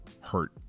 hurt